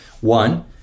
One